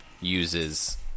uses